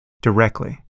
directly